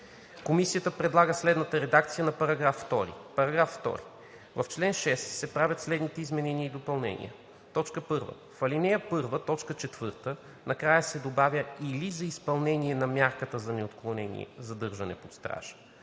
Комисията предлага следната редакция на § 2: „§ 2. В чл. 6 се правят следните изменения и допълнения: „1. В ал. 1, т. 4 накрая се добавя „или за изпълнение на мярката за неотклонение задържане под стража“.